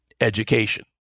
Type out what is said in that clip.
education